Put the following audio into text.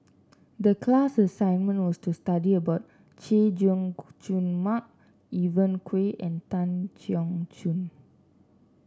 the class assignment was to study about Chay Jung Jun Mark Evon Kow and Tan Keong Choon